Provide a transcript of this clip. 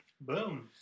Boom